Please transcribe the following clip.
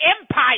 empire